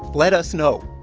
let us know.